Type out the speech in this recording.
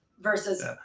Versus